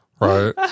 Right